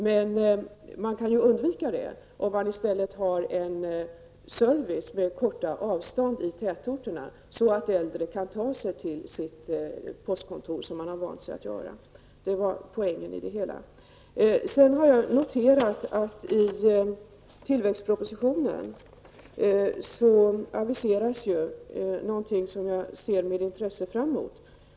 Men man kan ju undvika det om man har en service med korta avstånd i tätorterna, så att äldre kan ta sig till sitt postkontor, som man har vant sig vid att göra. I tillväxtpropositionen aviseras något som jag med intresse ser fram emot.